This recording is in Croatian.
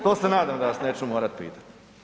To se nadam da vas neću morat pitat.